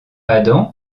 adam